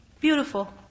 Beautiful